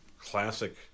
classic